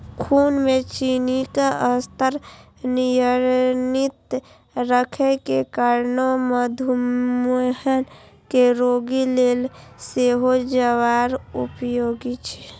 खून मे चीनीक स्तर नियंत्रित राखै के कारणें मधुमेह के रोगी लेल सेहो ज्वार उपयोगी छै